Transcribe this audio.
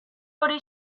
hori